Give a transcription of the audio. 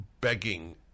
begging